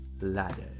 ladder